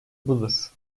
budur